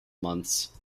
months